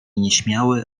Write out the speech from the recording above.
nieśmiały